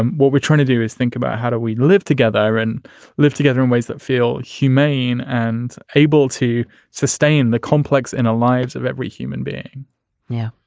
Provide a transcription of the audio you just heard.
and what we're trying to do is think about how do we live together and live together in ways that feel humane and able to sustain the complex in the lives of every human being yeah.